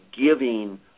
giving